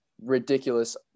ridiculous